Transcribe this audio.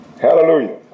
Hallelujah